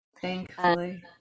Thankfully